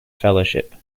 fellowship